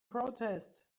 protest